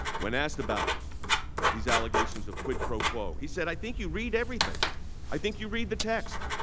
when asked about these allegations of quid pro quo. he said i think you read everything i think you read the text.